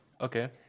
Okay